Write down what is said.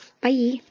bye